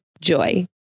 Joy